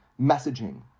messaging